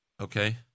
Okay